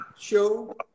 Show